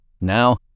Now